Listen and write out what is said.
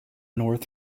north